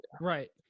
right